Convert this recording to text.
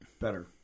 better